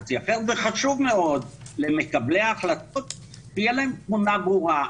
אינטרפרטציה אחרת וחשוב מאוד למקבלי ההחלטות שתהיה להם תמונה ברורה.